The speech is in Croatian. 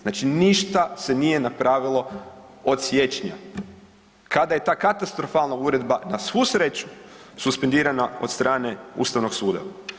Znači ništa se nije napravilo od siječnja kada je ta katastrofalna uredba na svu sreću suspendirana od strane ustavnog suda.